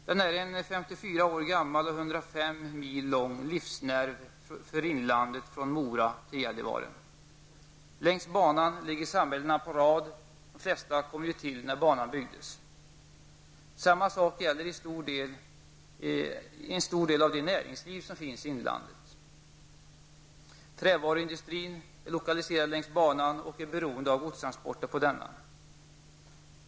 Den är en 54 år gammal och 105 mil lång livsnerv för inlandet från Mora till Gällivare. Längs banan ligger samhällena på rad -- de flesta kom ju till när banan byggdes. Samma sak gäller en stor del av det näringsliv som finns i inlandet. Trävaruindustrin är lokaliserad längs banan, och den är beroende av godstransporter på denna.